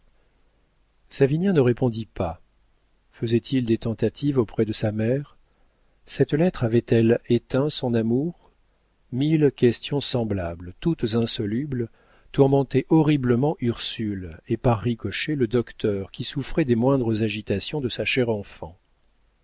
savinien ne répondit pas faisait-il des tentatives auprès de sa mère cette lettre avait-elle éteint son amour mille questions semblables toutes insolubles tourmentaient horriblement ursule et par ricochet le docteur qui souffrait des moindres agitations de sa chère enfant